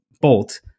bolt